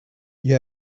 you